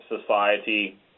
society